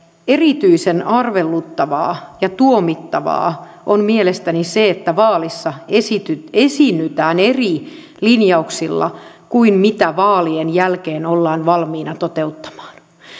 erityisen arveluttavaa ja tuomittavaa on mielestäni se että vaalissa esiinnytään eri linjauksilla kuin mitä vaalien jälkeen ollaan valmiina toteuttamaan